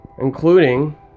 including